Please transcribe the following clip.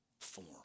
form